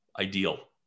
ideal